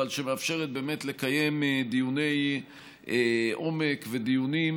אבל שמאפשרת באמת לקיים דיוני עומק ודיונים